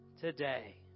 today